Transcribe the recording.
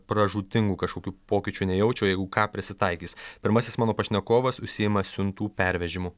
pražūtingų kažkokių pokyčių nejaučia o jeigu ką prisitaikys pirmasis mano pašnekovas užsiima siuntų pervežimu